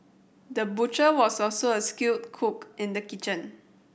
the butcher was also a skilled cook in the kitchen